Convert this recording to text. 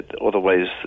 otherwise